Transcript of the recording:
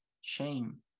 shame